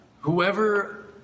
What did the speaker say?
Whoever